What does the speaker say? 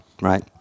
right